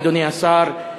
אדוני השר,